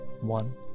One